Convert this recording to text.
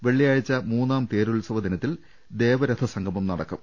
വെള്ളിയാഴ്ച്ച മൂന്നാം തേരു ത്സവദിനത്തിൽ ദേവരഥ സംഗമം നടക്കും